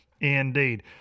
indeed